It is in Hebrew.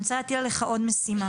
אני רוצה להטיל עליך עוד משימה,